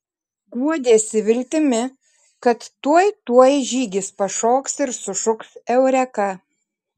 guodėsi viltimi kad tuoj tuoj žygis pašoks ir sušuks eureka